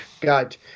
got